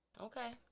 Okay